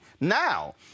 now